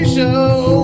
Show